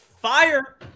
fire